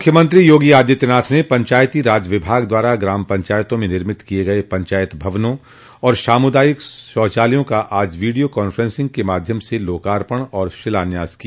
मुख्यमंत्री योगी आदित्यनाथ ने पंचायती राज विभाग द्वारा ग्राम पंचायतों में निर्मित किये गये पंचायत भवनों और सामुदायिक शौचालयों का आज वीडिया कांफेंसिंग के माध्यम से लोकार्पण और शिलान्यास किया